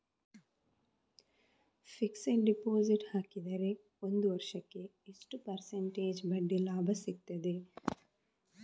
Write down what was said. Fixed deposit ಹಾಕಿದರೆ ಒಂದು ವರ್ಷಕ್ಕೆ ಎಷ್ಟು ಪರ್ಸೆಂಟೇಜ್ ಬಡ್ಡಿ ಲಾಭ ಸಿಕ್ತದೆ?